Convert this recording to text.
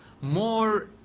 more